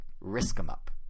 risk-em-up